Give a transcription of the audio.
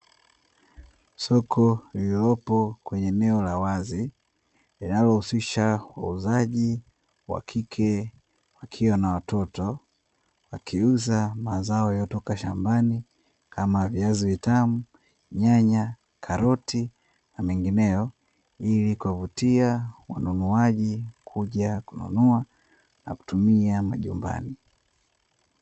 Soko lililopo kwenye eneo la wazi linalohusisha wauzaji wakike, wakiwa na watoto wakiuza mazao yoliyotoka shambani kama viazi vitamu, nyanya, karoti na mengineyo ili kuwavutia wanunuaji kuja kununua na kutumia majumbani.